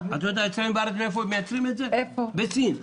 בסין.